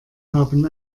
haben